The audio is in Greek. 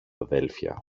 αδέλφια